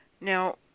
Now